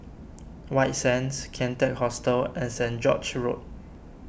White Sands Kian Teck Hostel and Saint George's Road